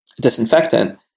disinfectant